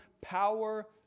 power